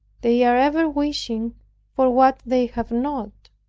they are ever wishing for what they have not